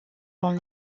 dans